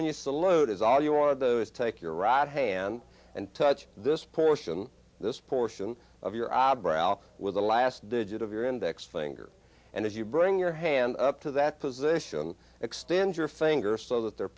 when you see the load is all you want of those take your right hand and touch this portion this portion of your eyebrow with the last digit your index finger and if you bring your hand up to that position extend your fingers so that they're